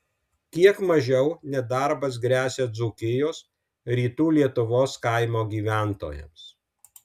kiek mažiau nedarbas gresia dzūkijos rytų lietuvos kaimo gyventojams